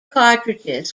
cartridges